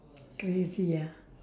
crazy ah